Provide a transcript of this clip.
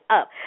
up